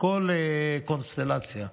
בכל קונסטלציה,